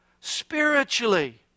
spiritually